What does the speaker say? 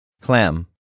clam